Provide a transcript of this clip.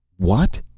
what!